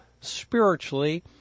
spiritually